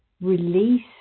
release